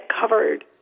covered